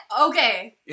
okay